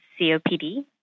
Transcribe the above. COPD